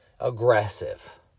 aggressive